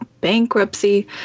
bankruptcy